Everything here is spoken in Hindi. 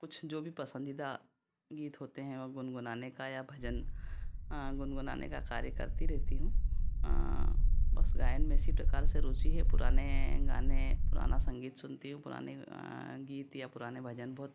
कुछ जो भी पसंदीदा गीत होते हैँ वह गुनगुनाने का या भजन गुनगुनाने का कार्य करती रहती हूँ बस गायन में इसी प्रकार से रूचि है पुराने गाने पुराना संगीत सुनती हूँ पुराने गीत या पुराने भजन बहुत